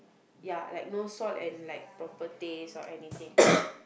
ya like no salt and like proper taste or anything